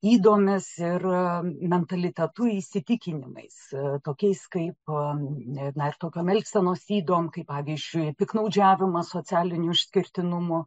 ydomis it mentalitetu įsitikinimais tokiais kaip na ir tokiom elgsenos ydom kaip pavyzdžiui piktnaudžiavimas socialiniu išskirtinumu